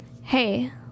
Hey